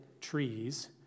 trees